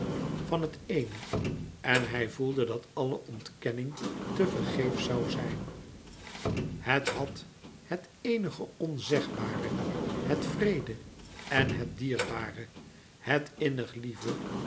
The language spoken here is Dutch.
van het eéne en hij voelde dat alle ontkenning tevergeefs zoû zijn het had het eenig onzegbare het wreede en het dierbare het